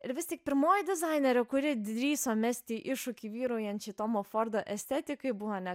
ir vis tik pirmoji dizainerė kuri drįso mesti iššūkį vyraujančiai tomo fordo estetikai buvo ne